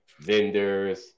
vendors